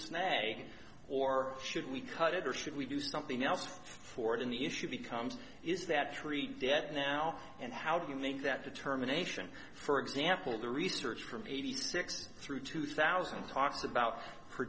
snag or should we cut it or should we do something else for it in the issue becomes is that treaty debt now and how do you make that determination for example the research from eighty six through two thousand talks about her